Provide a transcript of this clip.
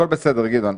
הכול בסדר, גדעון.